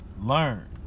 Learn